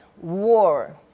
war